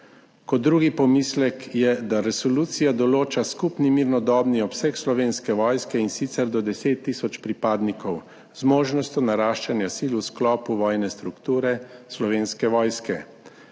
Kot drugi pomislek je, da resolucija določa skupni mirnodobni obseg Slovenske vojske, in sicer do 10 tisoč pripadnikov z možnostjo naraščanja sil v sklopu vojne strukture Slovenske vojske.